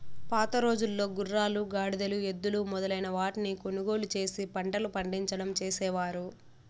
పాతరోజుల్లో గుర్రాలు, గాడిదలు, ఎద్దులు మొదలైన వాటిని కొనుగోలు చేసి పంటలు పండించడం చేసేవారు